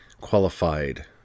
qualified